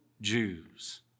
Jews